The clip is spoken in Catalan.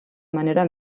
manera